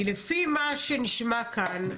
כי לפי מה שנשמע כאן,